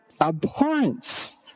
abhorrence